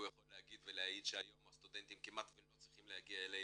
והוא יכול להגיד ולהעיד שהיום הסטודנטים כמעט ולא צריכים להגיע אלינו,